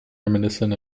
reminiscent